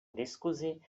diskusi